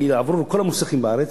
הם יעברו בכל המוסכים בארץ,